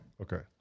Okay